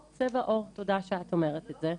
או צבע עור, תודה שאת אומרת את זה.